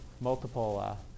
multiple